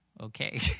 Okay